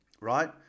Right